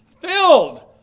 filled